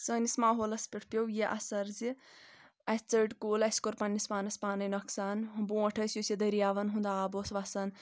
سٲنِس ماحولَس پؠٹھ پیوٚو یہِ اثر زِ اَسہِ ژٔٹۍ کُل اسہِ کوٚر پَنٛنِس پانَس پانے نۄقصَان برونٛٹھ ٲسۍ یُس یہِ دٔریاوَن ہُنٛد آب اوس وَسان